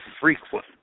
frequent